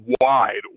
wide